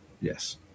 Yes